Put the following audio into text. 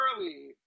early